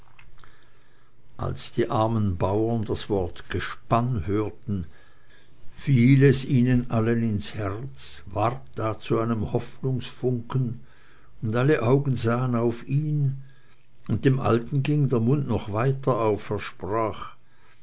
als die armen bauten das wort gespann hörten fiel es ihnen allen ins herz ward da zu einem hoffnungsfunken und alle augen sahen auf ihn und dem alten ging der mund noch weiter auf er sprach